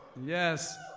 Yes